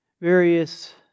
various